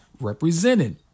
represented